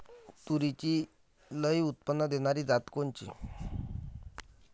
तूरीची लई उत्पन्न देणारी जात कोनची?